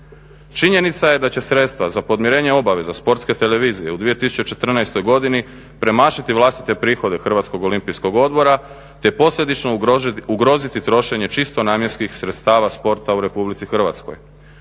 Činjenica je da će sredstva za podmirenje obaveza Sportske televizije u 2014. godini premašiti vlastite prihode Hrvatskog olimpijskog odbora te posljedično ugroziti trošenje čisto namjenskih sredstava sporta u Republici Hrvatskoj.